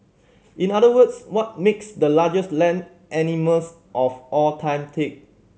in other words what makes the largest land animals of all time tick